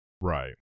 Right